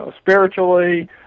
Spiritually